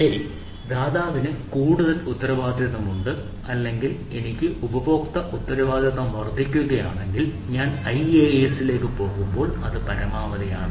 ശരി ദാതാവിന് കൂടുതൽ ഉത്തരവാദിത്തമുണ്ട് അല്ലെങ്കിൽ എനിക്ക് ഉപഭോക്തൃ ഉത്തരവാദിത്തം വർദ്ധിക്കുകയാണെങ്കിൽ അത് IaaS ലേക്ക് പോകുമ്പോൾ അത് പരമാവധി ആണ്